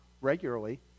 regularly